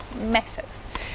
massive